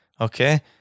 okay